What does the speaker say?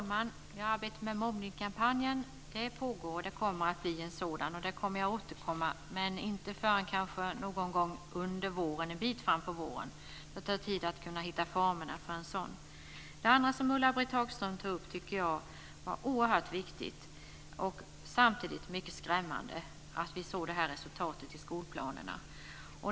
Fru talman! Arbetet med mobbningskampanjen pågår. Det kommer att bli en sådan. Där kommer jag att återkomma, men inte förrän kanske någon gång en bit fram på våren. Det tar tid att hitta formerna för en sådan kampanj. Det andra som Ulla-Britt Hagström tog upp tycker jag var oerhört viktigt. Samtidigt är det mycket skrämmande att vi såg det här resultatet i skolplanerna.